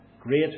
great